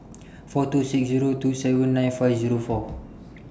four two six two seven nine five Zero four